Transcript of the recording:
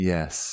Yes